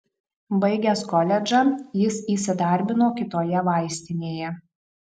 baigęs koledžą jis įsidarbino kitoje vaistinėje